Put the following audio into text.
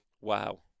Wow